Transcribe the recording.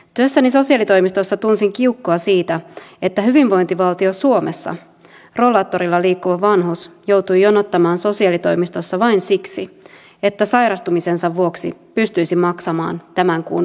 työssäni sosiaalitoimistossa tunsin kiukkua siitä että hyvinvointivaltio suomessa rollaattorilla liikkuva vanhus joutui jonottamaan sosiaalitoimistossa vain siksi että sairastumisensa vuoksi pystyisi maksamaan tämän kuun vuokransa